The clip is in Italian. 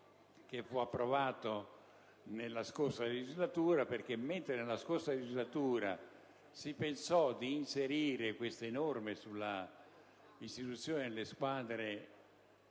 che fu approvato nella scorsa legislatura, perché, mentre nella scorsa legislatura si pensò di inserire le norme relative all'istituzione delle squadre